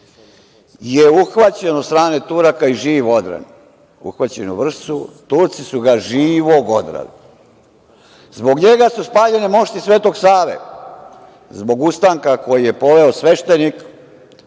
je uhvaćen od strane Turaka i živ odran. Uhvaćen je u Vršcu i Turci su ga živog odrali. Zbog njega su spaljene mošti Svetog Save, zbog ustanka koji je poveo sveštenik,